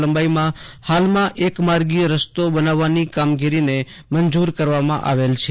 લેંબાઈમાં હાલમાં એક માર્ગીય રસ્તો બનાવવાની કામગીરીના મંજુર કરવામાં આવેલ છે